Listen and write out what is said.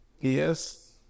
Yes